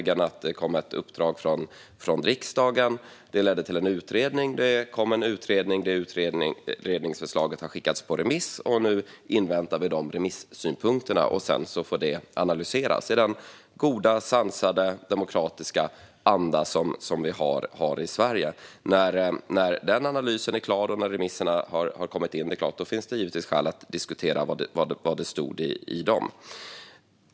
Det kom ett uppdrag från riksdagen som ledde till en utredning vars förslag har skickats på remiss, och nu inväntar vi synpunkter som sedan får analyseras i den goda, sansade, demokratiska anda som vi har i Sverige. När remissvaren kommit in och analysen är klar finns det givetvis skäl att diskutera vad som står i dem.